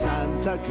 Santa